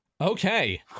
Okay